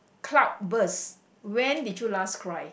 cloud burst when did you last cry